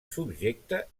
subjecta